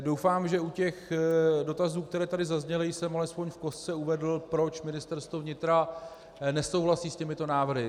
Doufám, že u dotazů, které tady zazněly, jsem alespoň v kostce uvedl, proč Ministerstvo vnitra nesouhlasí s těmito návrhy.